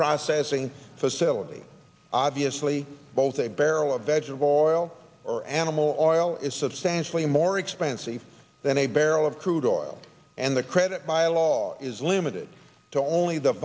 processing facility obviously both a barrel of vegetable oil or animal or oil is substantially more expensive than a barrel of crude oil and the credit by law is limited to only the